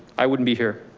i wouldn't be here,